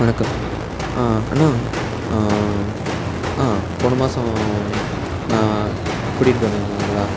வணக்கம் ஆ அண்ணா ஆ போன மாதம் நீங் நான் கூட்டிகிட்டு போயிருந்தேன் இல்லைங்களா